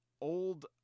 old